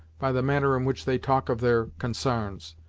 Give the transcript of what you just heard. by the manner in which they talk of their consarns.